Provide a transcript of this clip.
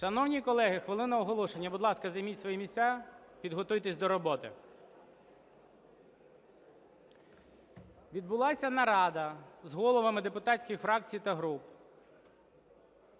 Шановні колеги, хвилина, оголошення. Будь ласка, займіть свої місця, підготуйтесь до роботи. Відбулася нарада з головами депутатських фракцій та груп,